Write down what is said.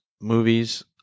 movies